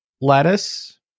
lettuce